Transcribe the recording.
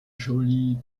joli